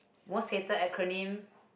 worst hated acronym